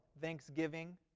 thanksgiving